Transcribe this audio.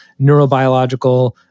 neurobiological